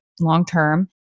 long-term